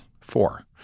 four